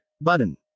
Button